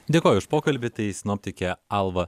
dėkoju už pokalbį tai sinoptikė alva